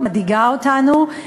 מדאיגה אותנו.